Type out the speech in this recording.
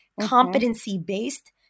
competency-based